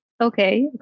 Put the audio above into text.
Okay